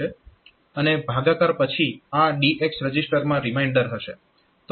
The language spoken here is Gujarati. અને ભાગાકાર પછી આ DX રજીસ્ટરમાં રીમાઇન્ડર હશે